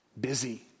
busy